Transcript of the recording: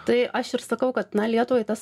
tai aš ir sakau kad na lietuvai tas